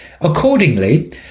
Accordingly